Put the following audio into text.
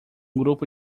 grupo